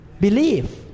Believe